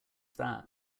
that